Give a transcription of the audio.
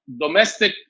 domestic